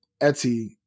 Etsy